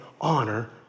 honor